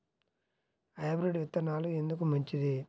Hybrid విత్తనాలు ఎందుకు మంచిది?